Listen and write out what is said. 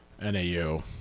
NAU